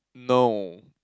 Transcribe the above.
no